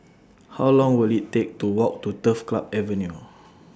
How Long Will IT Take to Walk to Turf Club Avenue